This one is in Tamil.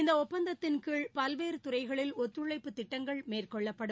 இந்த ஒப்பந்தத்தின் கீழ் பல்வேறு துறைகளில் ஒத்துழைப்பு திட்டங்கள் மேற்கொள்ளப்படும்